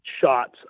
shots